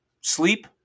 Sleep